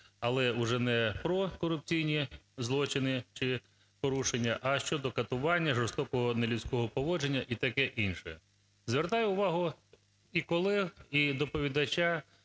але вже не про корупційні злочини чи порушення, а щодо катування, жорсткого, нелюдського поводження і таке інше. Звертаю увагу і колег, і доповідача,